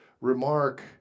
remark